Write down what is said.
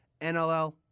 NLL